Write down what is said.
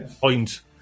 point